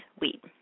wheat